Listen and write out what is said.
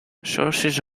sources